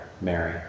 Mary